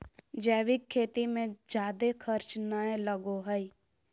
जैविक खेती मे जादे खर्च नय लगो हय